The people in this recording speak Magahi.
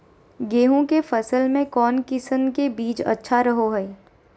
गेहूँ के फसल में कौन किसम के बीज अच्छा रहो हय?